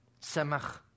Semach